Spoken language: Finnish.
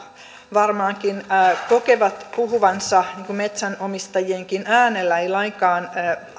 varmaankin kokevat puhuvansa metsänomistajienkin äänellä ei lainkaan